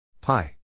Pi